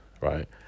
right